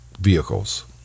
vehicles